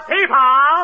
People